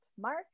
Mark